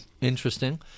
Interesting